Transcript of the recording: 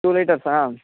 two లిటర్సా